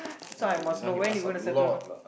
so I must know when you gonna settle down